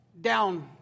down